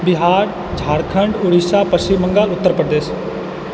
Bihar Jharkhand Orissa Paschim Bengal Uttar Pradesh